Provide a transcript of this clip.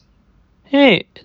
因为